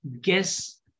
guess